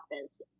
office